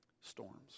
Storms